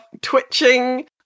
twitching